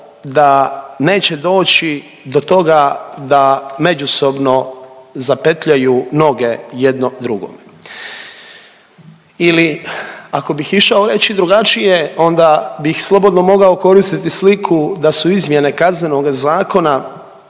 da neće doći do toga da međusobno zapetljaju noge jedno drugom ili ako bih išao reći drugačije, onda bih slobodno mogao koristiti sliku da su izmjene Kaznenoga zakona